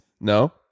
No